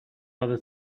other